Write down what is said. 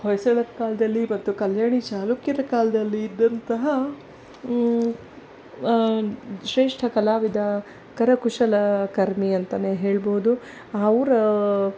ಹೊಯ್ಸಳ ಕಾಲದಲ್ಲಿ ಮತ್ತು ಕಲ್ಯಾಣಿ ಚಾಲುಕ್ಯರ ಕಾಲದಲ್ಲಿ ಇದ್ದಂತಹ ಶ್ರೇಷ್ಠ ಕಲಾವಿದ ಕರಕುಶಲಕರ್ಮಿ ಅಂತ ಹೇಳ್ಬೋದು ಅವ್ರ